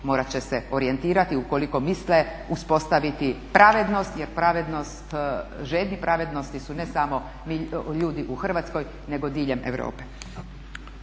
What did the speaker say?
morat će se orijentirati ukoliko misle uspostaviti pravednost jer žedni pravednosti su ne samo ljudi u Hrvatskoj nego diljem Europe.